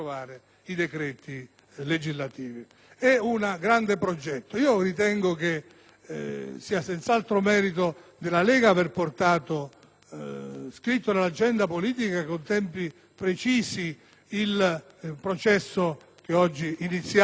i decreti legislativi. È un grande progetto. Ritengo sia senz'altro merito della Lega l'aver iscritto nell'agenda politica, con tempi precisi, il processo che oggi iniziamo